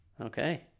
Okay